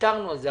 ויתרנו על זה.